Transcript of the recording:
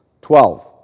Twelve